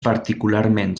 particularment